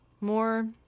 more